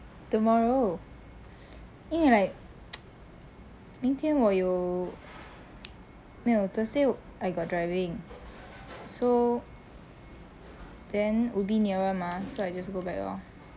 tomorrow 因为 like 明天我有没有 thursday I got driving so then ubi nearer mah so I just go back lor